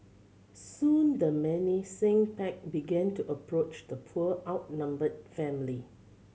soon the menacing pack began to approach the poor outnumbered family